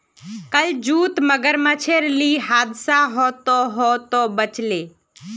कल जूत मगरमच्छेर ली हादसा ह त ह त बच ले